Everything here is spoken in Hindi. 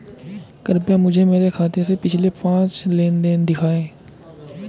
कृपया मुझे मेरे खाते से पिछले पांच लेनदेन दिखाएं